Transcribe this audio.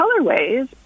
colorways